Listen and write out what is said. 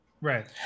right